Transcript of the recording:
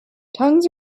tongues